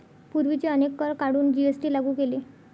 पूर्वीचे अनेक कर काढून जी.एस.टी लागू केले